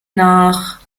nach